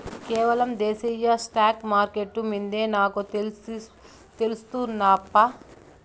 కేవలం దేశీయ స్టాక్స్ మార్కెట్లు మిందే నాకు తెల్సు నప్పా